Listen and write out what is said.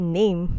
name